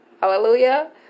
Hallelujah